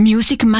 Music